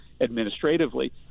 administratively